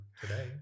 today